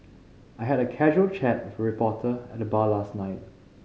I had a casual chat with a reporter at the bar last night